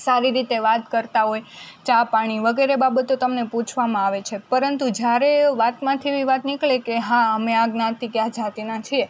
સારી રીતે વાત કરતાં હોય ચા પાણી વગેરે બાબતો તમને પૂછવામાં આવે છે પરંતુ જ્યારે વાતમાંથી એવી વાત નીકળે કે હા અમે આ જ્ઞાતિ કે આ જાતિના છીએ